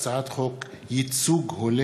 להצעות לסדר-היום